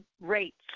rates